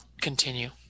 continue